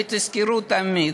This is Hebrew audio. ותזכרו תמיד: